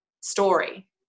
story